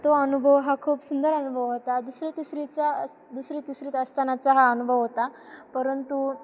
तो अनुभव हा खूप सुंदर अनुभव होता दुसरी तिसरीचा अस दुसरी तिसरी असतानाचा हा अनुभव होता परंतु